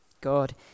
God